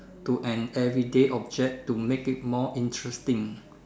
to an everyday object to make it more interesting